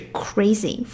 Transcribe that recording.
crazy